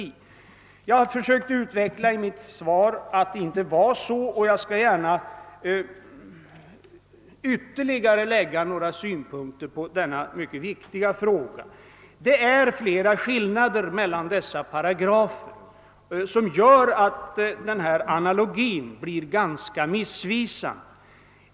Jag har i mitt svar försökt utveckla att det inte förhåller sig så, och jag skall gärna anlägga ytterligare några synpunkter på denna mycket viktiga fråga. Det finns flera skillnader mellan dessa paragrafer som gör att fru Nettelbrandts analogi blir ganska missvisan de.